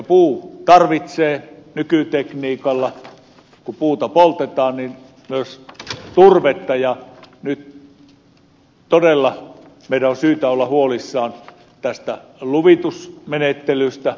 puu tarvitsee nykytekniikalla kun puuta poltetaan myös turvetta ja nyt todella meidän on syytä olla huolissamme tästä luvitusmenettelystä